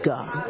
God